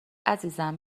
عزیزم